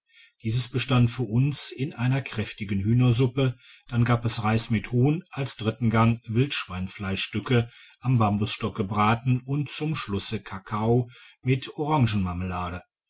dies bestand für uns in einer kräftigen htihnersuppe dann gab es reis mit huhn als dritten gang wildschweinfleischstticke am bambusstock gebraten und zum schlusses kakao mit